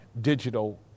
digital